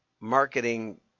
marketing